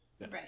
right